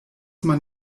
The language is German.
man